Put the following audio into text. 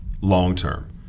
long-term